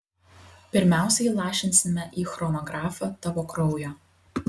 pirmiausia įlašinsime į chronografą tavo kraujo